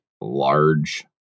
large